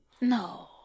No